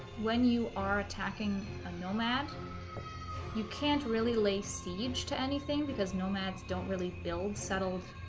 when you are attacking a nomad you can't really lay siege to anything because nomads don't really build settled